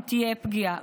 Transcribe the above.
אם תהיה פגיעה.